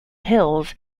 hills